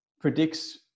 predicts